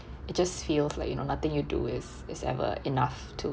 it just feels like you know nothing you do is is ever enough to